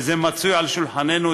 וזה מצוי על שולחננו.